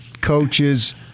coaches